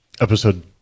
episode